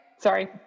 Sorry